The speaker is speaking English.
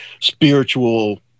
spiritual